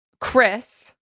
Chris